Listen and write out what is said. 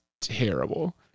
terrible